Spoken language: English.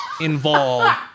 involved